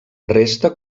resta